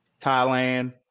Thailand